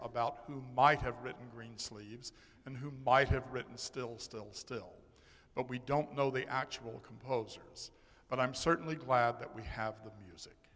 about who might have written greensleeves and who might have written still still still but we don't know the actual composers but i'm certainly glad that we have the mus